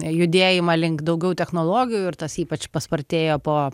judėjimą link daugiau technologijų ir tas ypač paspartėjo po